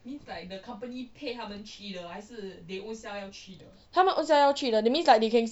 他们 ownself 要去的 that means like they can